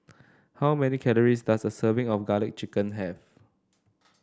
how many calories does a serving of garlic chicken have